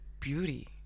beauty